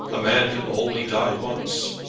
a man can only die once.